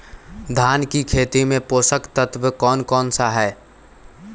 धान की खेती में पोषक तत्व कौन कौन सा है?